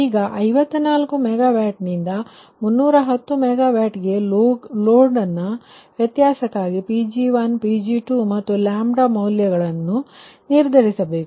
ಈಗ 54 MW ನಿಂದ 310 MWಗೆ ಲೋಡ್ನ ವ್ಯತ್ಯಾಸಕ್ಕಾಗಿ Pg1 Pg2 ಮತ್ತು ಮೌಲ್ಯಗಳನ್ನು ನಿರ್ಧರಿಸಬೇಕು